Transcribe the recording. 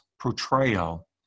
portrayal